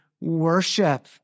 worship